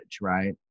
right